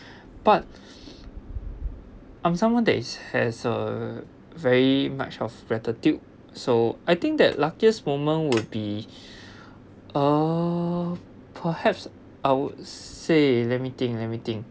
but I'm someone that is has a very much of gratitude so I think that luckiest woman would be uh perhaps I would say let me think let me think